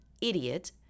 idiot